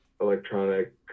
electronic